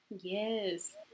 yes